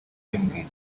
bimbwiye